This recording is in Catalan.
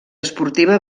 esportiva